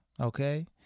okay